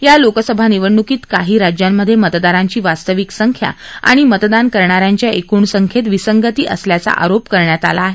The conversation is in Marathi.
या लोकसभा निवडणुकीत काही राज्यांमध्ये मतदारांची वास्तविक संख्या आणि मतदान करणाऱ्यांच्या एकूण संख्येत विसंगती असल्याचा आरोप करण्यात आला आहे